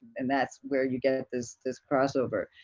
and that's where you get this this crossover.